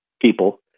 people